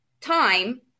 time